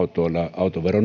autovero